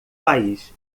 país